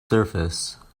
surface